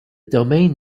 domain